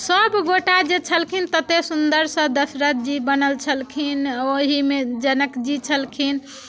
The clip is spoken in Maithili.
सब गोटा जे छलखिन ततेक सुंदरसँ दशरथ जी बनल छलखिन ओहिमे जनकजी छलखिन